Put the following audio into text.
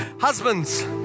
Husbands